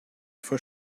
for